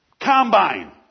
combine